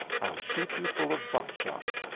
i'll shoot you full of buckshot.